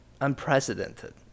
unprecedented